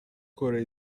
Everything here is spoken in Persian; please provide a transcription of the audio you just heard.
کره